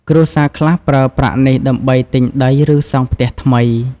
គ្រួសារខ្លះប្រើប្រាក់នេះដើម្បីទិញដី ឬសង់ផ្ទះថ្មី។